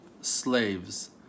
slaves